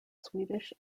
swedish